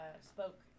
spoke